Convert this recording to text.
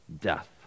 death